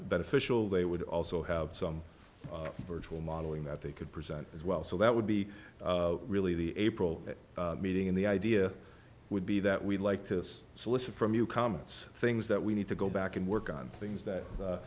beneficial they would also have some virtual modeling that they could present as well so that would be really the april meeting and the idea would be that we'd like this solicit from you comments things that we need to go back and work on things that